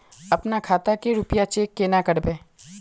अपना खाता के रुपया चेक केना करबे?